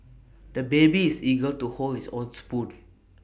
the baby is eager to hold his own spoon